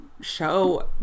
show